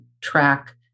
track